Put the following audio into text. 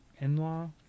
in-law